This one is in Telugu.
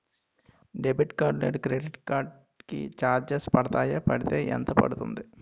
డెబిట్ కార్డ్ లేదా క్రెడిట్ కార్డ్ కి చార్జెస్ పడతాయా? పడితే ఎంత పడుతుంది?